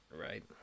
right